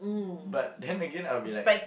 but then again I will be like